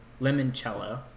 limoncello